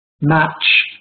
match